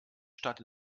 stadt